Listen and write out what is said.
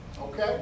Okay